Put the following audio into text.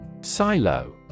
Silo